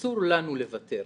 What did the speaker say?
אסור לנו לוותר.